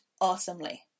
awesomely